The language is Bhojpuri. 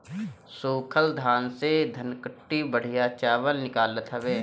सूखल धान से धनकुट्टी बढ़िया चावल निकालत हवे